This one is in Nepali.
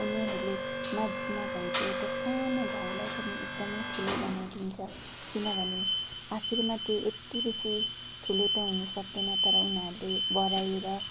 उनीहरूले नजिकमा भएको एउटा सानो घाउलाई पनि एकदमै ठुलो बनाइदिन्छ किनभने आखिरमा त्यो यति बेसी ठुलो त हुनु सक्दैन तर उनीहरूले बढाएर